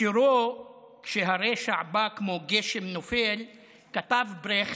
בשירו "כשהרשע בא כמו גשם נופל" כתב ברכט: